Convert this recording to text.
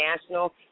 national